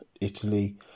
Italy